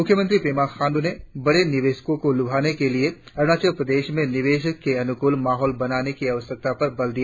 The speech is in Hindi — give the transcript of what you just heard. मुख्यमंत्री पेमा खांडू ने बड़े निवेशकों को लुभाने के लिए अरुणाचल प्रदेश में निवेश के अनुकूल माहौल बनाने की आवश्यकता पर बल दिया